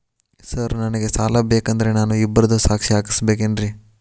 Sir ನನಗೆ ಸಾಲ ಬೇಕಂದ್ರೆ ನಾನು ಇಬ್ಬರದು ಸಾಕ್ಷಿ ಹಾಕಸಬೇಕೇನ್ರಿ?